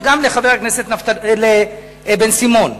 וגם לחבר הכנסת דניאל בן-סימון.